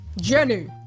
Jenny